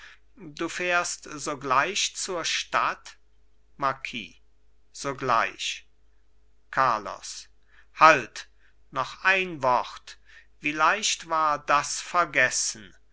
du fährst sogleich zur stadt marquis sogleich carlos halt noch ein wort wie leicht war das vergessen